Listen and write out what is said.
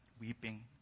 weeping